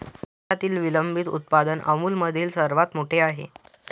भारतातील विलंबित उत्पादन अमूलमधील सर्वात मोठे आहे